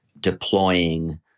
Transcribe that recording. deploying